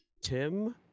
Tim